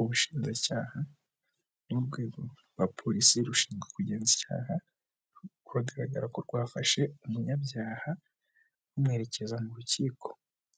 Ubushinjacyaha ni urwego rwa polisi rushinzwe kugenza icyaha, biugaragara ko rwafashe umunyabyaha, rumuherekeza mu rukiko,